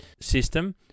system